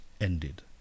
ended